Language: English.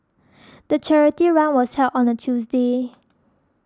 the charity run was held on a Tuesday